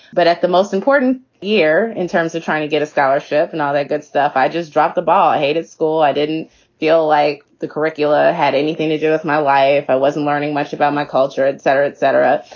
but at the most important year, in terms of trying to get a scholarship and all that good stuff, i just dropped the ball. i hated school. i didn't feel like the curricula had anything to do with my life i wasn't learning much about my culture, etc, etc.